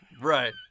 right